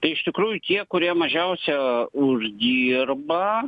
tai iš tikrųjų tie kurie mažiausia uždirba